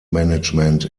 management